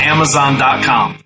Amazon.com